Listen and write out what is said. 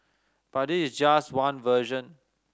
but this is just one version